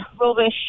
rubbish